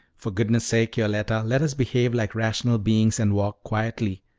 for goodness sake, yoletta, let us behave like rational beings and walk quietly,